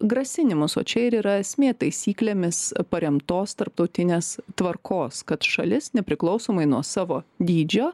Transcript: grasinimus o čia ir yra esmė taisyklėmis paremtos tarptautinės tvarkos kad šalis nepriklausomai nuo savo dydžio